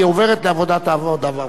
היא עוברת לוועדת העבודה והרווחה.